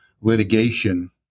litigation